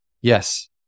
Yes